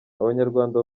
abanyarwanda